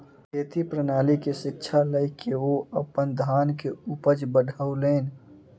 खेती प्रणाली के शिक्षा लय के ओ अपन धान के उपज बढ़ौलैन